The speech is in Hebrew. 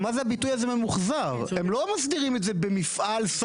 הם לא מסדירים את זה במפעל סדור,